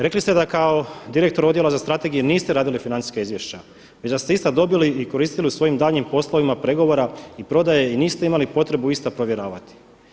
Rekli ste da kao direktor Odijela za strategije niste radili financijska izvješća već da ste ista dobili i koristili u svojim daljnjim poslovima pregovora i prodaje i niste imali potrebu ista protjeravati.